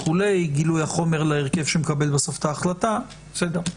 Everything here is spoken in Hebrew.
גילוי החומר להרכב שמקבל בסוף את ההחלטה וכולי.